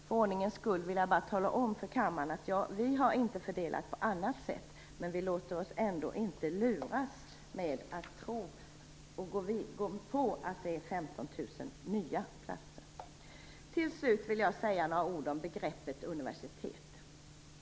För ordningens skull vill jag bara tala om för kammaren att vi inte fördelat på annat sätt men vi låter oss ändå inte luras att gå på att det är 15 000 nya platser. Till slut vill jag säga några ord om begreppet universitet.